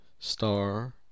Star